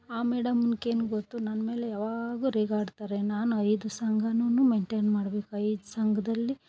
ಆ ಮೇಡಮ್ಗೇನ್ ಗೊತ್ತು ನನ್ನ ಮೇಲೆ ಯಾವಾಗೂ ರೇಗಾಡ್ತರೆ ನಾನು ಐದು ಸಂಘನು ಮೇನ್ಟೇನ್ ಮಾಡ್ಬೇಕು ಐದು ಸಂಘದಲ್ಲಿ